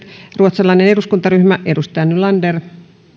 ruotsalainen eduskuntaryhmä edustaja nylander